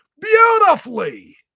beautifully